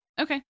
Okay